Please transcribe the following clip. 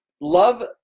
love